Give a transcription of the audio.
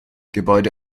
gebäude